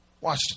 Watch